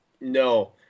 No